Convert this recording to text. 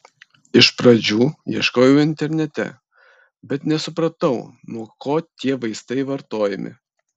iš pradžių ieškojau internete bet nesupratau nuo ko tie vaistai vartojami